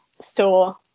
store